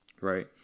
Right